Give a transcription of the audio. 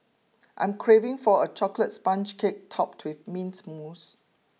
I am craving for a chocolate sponge cake topped with mint mousse